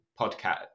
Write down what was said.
podcast